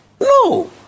no